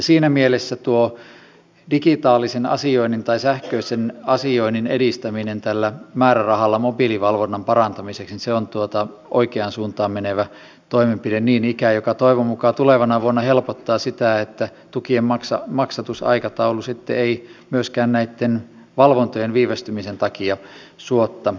siinä mielessä digitaalisen asioinnin tai sähköisen asioinnin edistäminen tällä määrärahalla mobiilivalvonnan parantamiseksi on oikeaan suuntaan menevä toimenpide niin ikään ja se toivon mukaan tulevana vuonna helpottaa sitä että tukien maksatusaikataulu sitten ei myöskään näitten valvontojen viivästymisen takia suotta viiraa